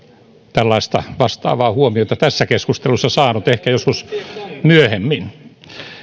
tällaista vastaavaa huomiota tässä keskustelussa saanut ehkä joskus myöhemmin